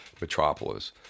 metropolis